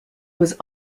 was